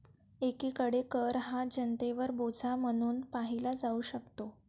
एकीकडे कर हा जनतेवर बोजा म्हणून पाहिला जाऊ शकतो